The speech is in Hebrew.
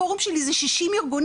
הפורום שלי זה 60 ארגונים,